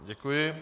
Děkuji.